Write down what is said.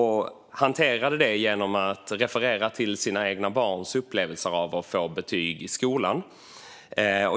Han hanterade det genom att referera till sina egna barns upplevelser av att få betyg i skolan.